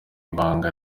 ibanga